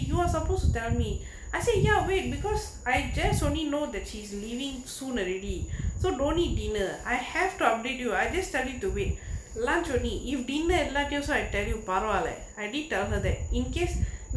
you are supposed to tell me I say ya wait because I just only know the cheese leaving soon already so don't need dinner I have to update to you I just study to way lunch only if dinner எல்லாடயும் சொன்ன:ellaatayum sonna I tell you பரவால:paravaala I did her that in case